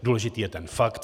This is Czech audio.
Důležitý je ten fakt.